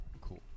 Cool